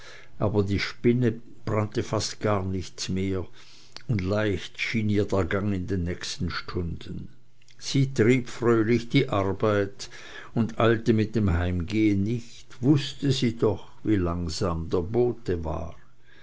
aber die spinne brannte fast gar nicht mehr und leicht schien ihr der gang in den nächsten stunden sie trieb fröhlich die arbeit und eilte mit dem heimgehn nicht wußte sie doch wie langsam der bote war